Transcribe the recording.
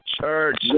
church